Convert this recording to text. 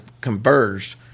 converged